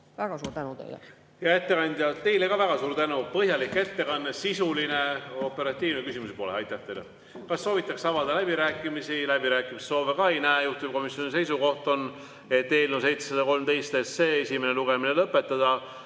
Väga suur tänu teile! Hea ettekandja, teile ka väga suur tänu! Põhjalik ettekanne, sisuline, operatiivne. Küsimusi pole. Aitäh teile! Kas soovitakse avada läbirääkimisi? Läbirääkimiste soove ka ei näe. Juhtivkomisjoni seisukoht on eelnõu 713 esimene lugemine lõpetada.